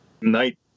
night